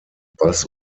bass